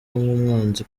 nk’umwanzi